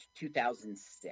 2006